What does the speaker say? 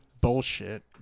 bullshit